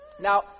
Now